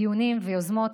דיונים ויוזמות,